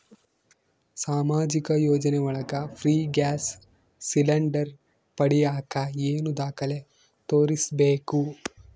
ಸಾಮಾಜಿಕ ಯೋಜನೆ ಒಳಗ ಫ್ರೇ ಗ್ಯಾಸ್ ಸಿಲಿಂಡರ್ ಪಡಿಯಾಕ ಏನು ದಾಖಲೆ ತೋರಿಸ್ಬೇಕು?